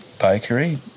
bakery